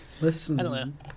Listen